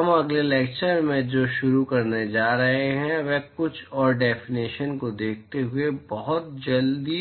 तो हम अगले क्चर में जो शुरू करने जा रहे हैं वह कुछ और डेफिनेशन्स को देखते हुए बहुत जल्दी